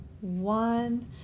one